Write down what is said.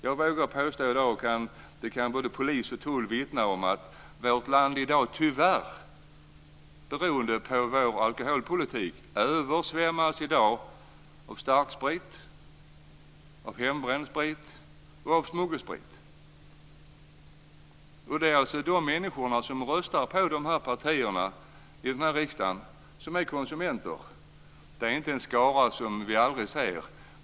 Jag vågar påstå, och det kan både polis och tull vittna om, att vårt land, beroende på vår alkoholpolitik, i dag tyvärr översvämmas av starksprit, hembränd sprit och smuggelsprit. Det är alltså de människor som röstar på partierna i den här riksdagen som är konsumenter. Det är inte en skara som vi aldrig ser.